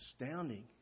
astounding